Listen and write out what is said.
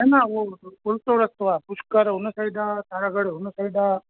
न न उहो उल्टो रस्तो आहे पुष्कर हुन साइड आहे तारागढ़ हुन साइड आहे